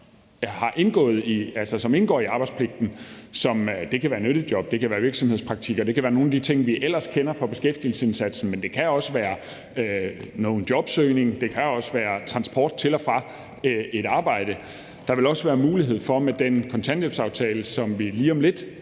som indgår i arbejdspligten. Det kan være nyttejob, det kan være virksomhedspraktikker, og det kan være nogle af de ting, vi ellers kender fra beskæftigelsesindsatsen, men det kan også være jobsøgning eller transport til og fra et arbejde. Der vil også være mulighed for med den kontanthjælpsaftale, som vi lige om lidt